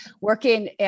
working